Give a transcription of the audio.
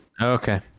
Okay